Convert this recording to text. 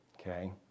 okay